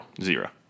Zero